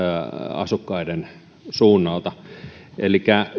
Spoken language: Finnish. asukkaiden suunnalta elikkä